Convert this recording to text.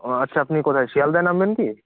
ও আচ্ছা আপনি কোথায় শিয়ালদায় নামবেন কি